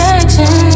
action